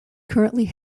currently